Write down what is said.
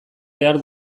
behar